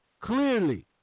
clearly